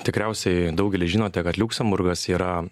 tikriausiai daugelis žinote kad liuksemburgas yra